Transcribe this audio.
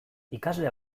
ikasle